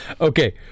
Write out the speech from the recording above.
Okay